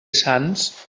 sants